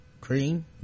Cream